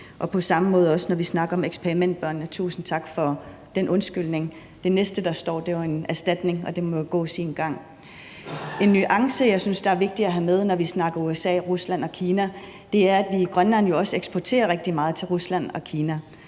på samme måde også, når vi snakker om eksperimentbørnene. Tusind tak for den undskyldning. Det næste, der står for, er en erstatning, og det må jo gå sin gang. En nuance, jeg synes er vigtig at have med, når vi snakker USA, Rusland og Kina, er, at vi i Grønland jo også eksporterer rigtig meget til Rusland og Kina.